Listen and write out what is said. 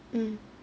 mm